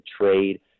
trade